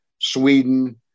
Sweden